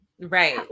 Right